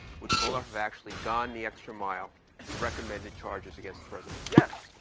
would mueller have actually gone the extra mile and recommended charges against the president? yes.